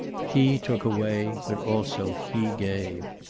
he took away, but also he gave.